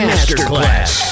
Masterclass